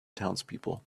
townspeople